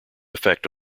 effect